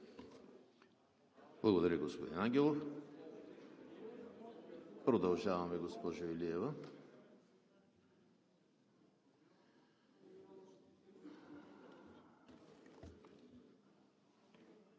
Благодаря Ви, господин Ангелов. Продължаваме, госпожо Илиева.